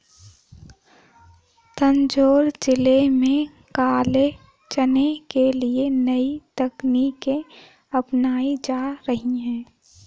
तंजौर जिले में काले चने के लिए नई तकनीकें अपनाई जा रही हैं